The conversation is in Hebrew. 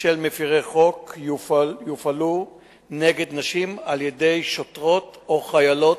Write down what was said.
של מפירי חוק יופעלו נגד נשים על-ידי שוטרות או חיילות,